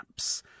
apps